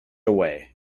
away